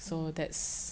mmhmm